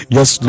Yes